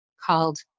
called